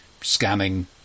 Scanning